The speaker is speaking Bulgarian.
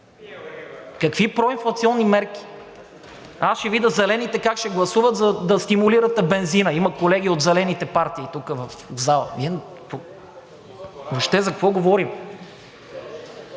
Какви проинфлационни мерки? Аз ще видя Зелените как ще гласуват, за да стимулирате бензина. Има колеги от Зелените партии тук в залата. Въобще за какво говорим?